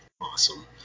Awesome